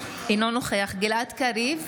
אינו נוכח גלעד קריב,